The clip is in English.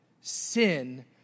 sin